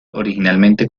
originalmente